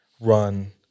run